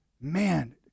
Man